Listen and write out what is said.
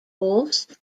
host